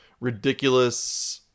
ridiculous